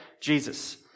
Jesus